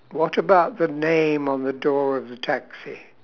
what about the name on the door of the taxi